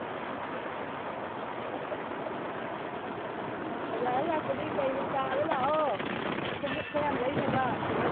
ꯕꯖꯥꯔꯗ ꯂꯥꯛꯄꯗꯤ ꯀꯥꯔꯗ ꯂꯥꯛꯑꯣ ꯈꯣꯡꯎꯞ ꯈꯔ ꯌꯥꯝ ꯂꯩꯅꯕ